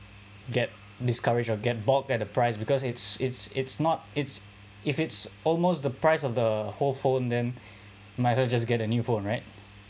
get discouraged or get balk at the price because it's it's it's not it's if it's almost the price of the whole phone then might as well just get a new phone right